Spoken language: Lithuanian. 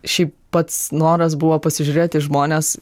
šiaip pats noras buvo pasižiūrėt į žmones